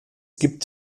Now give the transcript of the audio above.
gibt